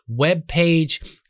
webpage